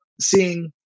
seeing